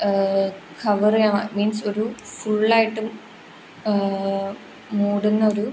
cover ചെയ്യുക means ഒരു ഫുള്ളായിട്ടും മൂടുന്ന ഒരു